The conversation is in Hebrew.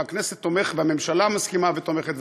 והממשלה מסכימה ותומכת,